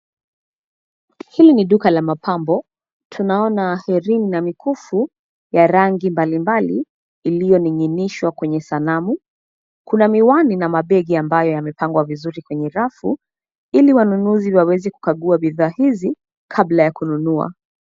Hii ni duka la mapambo; tunaona herini na mikufu ya rangi mbalimbali iliyoninginishwa kwenye sanamu. Kuna miwani na mabegi ambayo yamepangwa vizuri kwenye rafu ili wanunuzi waweze kukagua bidhaa hizi kabla ya kununua.